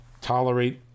tolerate